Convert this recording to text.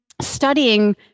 studying